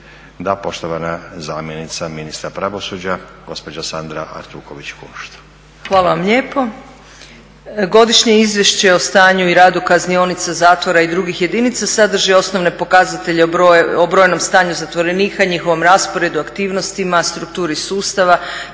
Da. Poštovana zamjenica ministra pravosuđa gospođa Sandra Artuković Kunšt. Izvolite. **Artuković Kunšt, Sandra** Hvala vam lijepo. Godišnje izvješće o stanju i radu kaznionica, zatvora i drugih jedinica sadrži osnovne pokazatelje o brojnom stanju zatvorenika i njihovom rasporedu, aktivnostima, strukturi sustava,